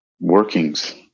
workings